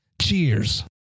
Cheers